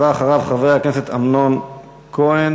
הבא אחריו, חבר הכנסת אמנון כהן,